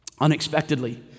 unexpectedly